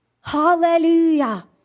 Hallelujah